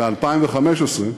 ב-2015,